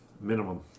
Minimum